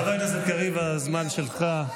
חבר הכנסת קריב, הזמן שלך.